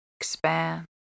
Expand